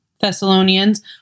Thessalonians